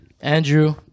Andrew